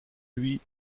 lui